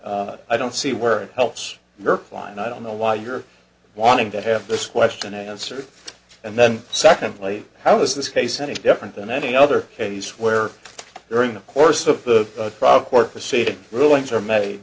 mean i don't see where helps your client i don't know why you're wanting to have this question answered and then secondly how is this case any different than any other case where during the course of the court proceeding rulings are made